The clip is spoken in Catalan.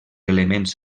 elements